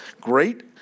Great